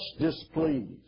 displeased